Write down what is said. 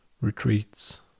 retreats